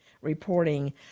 reporting